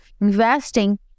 investing